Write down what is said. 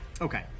Okay